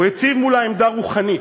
הוא הציב מולם עמדה רוחנית,